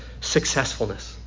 successfulness